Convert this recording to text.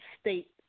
state